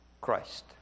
Christ